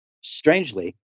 strangely